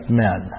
men